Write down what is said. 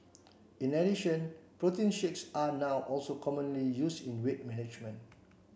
in addition protein shakes are now also commonly used in weight management